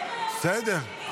יש לו יום הולדת, לגדעון.